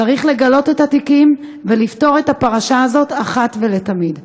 צריך לגלות את התיקים ולפתור את הפרשה הזאת אחת ולתמיד.